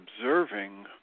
observing